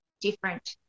different